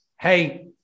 hey